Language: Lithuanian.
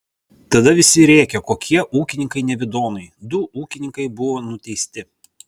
tada visi rėkė kokie ūkininkai nevidonai du ūkininkai buvo nuteisti